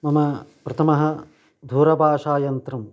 मम प्रथमः दूरभाषायन्त्रं